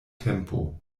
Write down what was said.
tempo